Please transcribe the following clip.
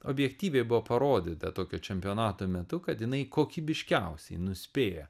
objektyviai buvo parodyta tokio čempionato metu kad jinai kokybiškiausiai nuspėja